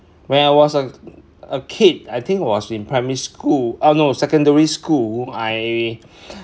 when I was a a kid I think was in primary school uh no secondary school I